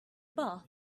bath